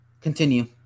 Continue